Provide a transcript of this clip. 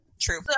True